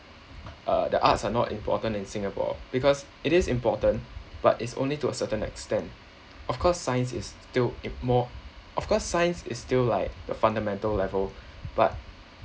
uh the arts are not important in singapore because it is important but it's only to a certain extent of course science is still im~ more of course science is still like the fundamental level but